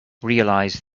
realise